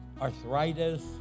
arthritis